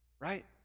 Right